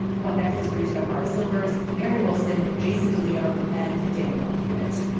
what next is produced by maura silvers, mary wilson, jason de leon and danielle hewitt.